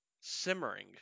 simmering